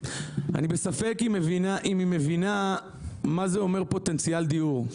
אני בספק אם היא מבינה מה זה אומר פוטנציאל דיור.